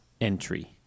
entry